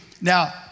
Now